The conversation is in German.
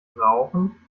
rauchen